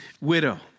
widow